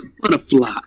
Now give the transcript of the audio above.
butterfly